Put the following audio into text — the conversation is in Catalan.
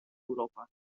europa